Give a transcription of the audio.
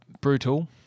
brutal